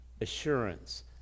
assurance